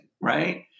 right